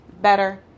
better